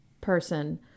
person